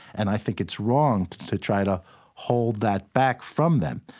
and i think it's wrong to try to hold that back from them.